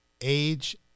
age